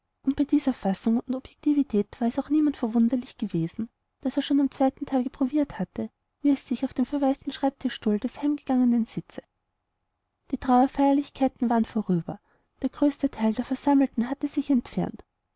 bei dieser fassung und objektivität war es auch niemand verwunderlich gewesen daß er schon am zweiten tag probiert hatte wie es sich auf dem verwaisten schreibstuhl des heimgegangenen sitze die trauerfeierlichkeiten waren vorüber der größte teil der versammelten hatte sich entfernt